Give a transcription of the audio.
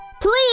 please